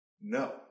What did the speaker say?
No